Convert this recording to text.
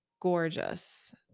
gorgeous